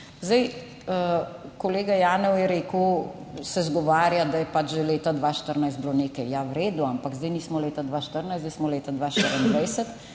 našli. Kolega Janev se izgovarja, da je pač že leta 2014 bilo nekaj. Ja v redu, ampak zdaj nismo leta 2014, zdaj smo leta 2024